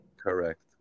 Correct